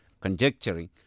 conjecturing